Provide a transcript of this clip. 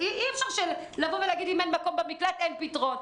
אי אפשר להגיד שאם אין מקום במקלט, אין פתרון.